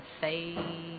Say